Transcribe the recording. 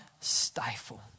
stifle